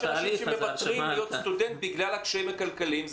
יש אנשים שמוותרים להיות סטודנט בגלל הקשיים הכלכליים.